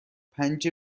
پنج